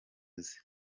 uzi